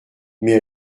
mais